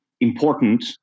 important